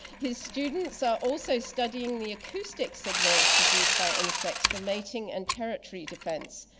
his students are also studying the acoustic signals produced by insects for mating and territory defense.